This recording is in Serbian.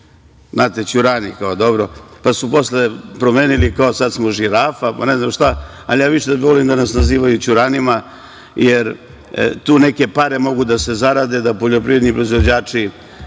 primer ćurani, pa su posle promenili. Sada smo kao žirafa, pa ne znam šta, ali ja više volim da nas nazivaju ćuranima jer tu neke pare mogu da se zarade, da poljoprivredni proizvođači